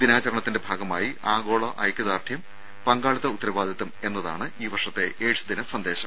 ദിനാചരണത്തിന്റെ ഭാഗമായി ആഗോള ഐക്യദാർഢ്യം പങ്കാളിത്ത ഉത്തരവാദിത്വം എന്നതാണ് ഈ വർഷത്തെ എയ്ഡ്സ് ദിന സന്ദേശം